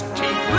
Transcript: keep